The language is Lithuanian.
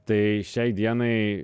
tai šiai dienai